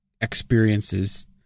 experiences